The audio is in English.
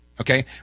Okay